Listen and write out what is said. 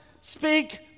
speak